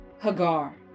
Hagar